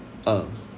uh